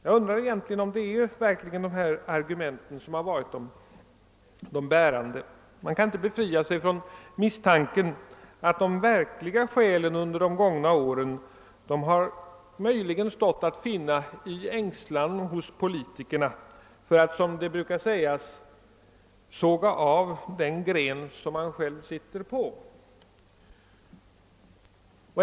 Jag undrar om det verkligen är dessa argument som varit de bärande. Man kan inte befria sig från misstanken att de verkliga skälen under de gångna åren möjligen stått att finna i ängslan hos politikerna för att, som man brukar säga, såga av den gren som de själva sitter på.